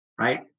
Right